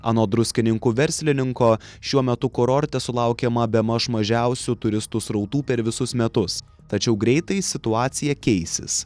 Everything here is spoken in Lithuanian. anot druskininkų verslininko šiuo metu kurorte sulaukiama bemaž mažiausių turistų srautų per visus metus tačiau greitai situacija keisis